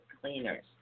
cleaners